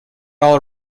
all